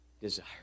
desire